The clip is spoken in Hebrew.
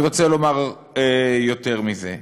אני רוצה לומר יותר מזה: